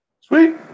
Sweet